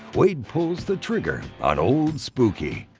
wade pulls the trigger on old spooky.